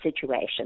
situation